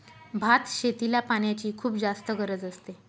भात शेतीला पाण्याची खुप जास्त गरज असते